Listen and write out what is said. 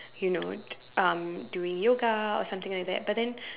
you know um doing yoga or something like that but then